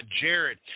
Jared